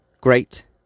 great